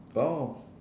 oh